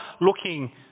looking